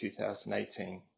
2018